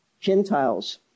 Gentiles